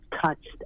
touched